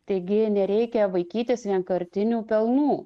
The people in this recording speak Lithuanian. taigi nereikia vaikytis vienkartinių pelnų